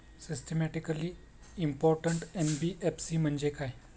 Systematically important NBFC म्हणजे काय?